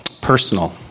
personal